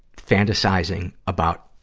fantasizing about,